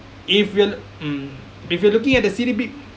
if you'll um if you're looking at the C_D_P